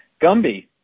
Gumby